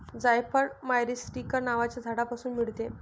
जायफळ मायरीस्टीकर नावाच्या झाडापासून मिळते